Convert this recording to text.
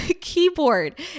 keyboard